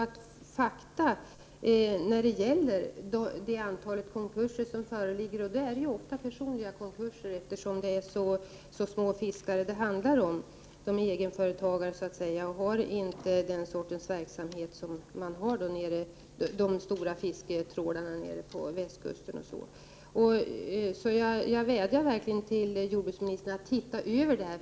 Ofta är det fråga om personliga konkurser, eftersom det handlar om fiskare med små företag. De är så att säga egenföretagare och bedriver inte verksamhet av den omfattning som är vanlig på västkusten, där man fiskar med stora fisketrålare. Detta föranleder mig att vädja till jordbruksministern att verkligen se över problemet.